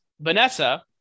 Vanessa